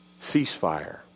ceasefire